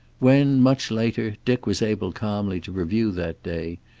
when, much later, dick was able calmly to review that day,